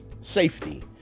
safety